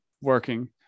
working